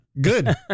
Good